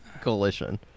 coalition